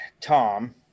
Tom